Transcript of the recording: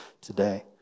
today